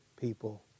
people